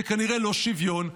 זה כנראה לא שוויון.